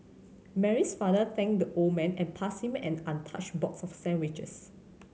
Mary's father thanked the old man and passed him an untouched box of sandwiches